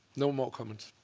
no more comments.